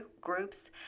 groups